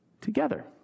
together